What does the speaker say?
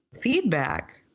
feedback